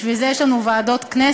בשביל זה יש לנו ועדות כנסת.